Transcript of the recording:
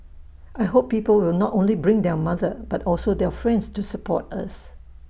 I hope people will not only bring their mother but also their friends to support us